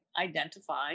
identify